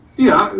yeah,